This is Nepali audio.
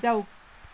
जाऊ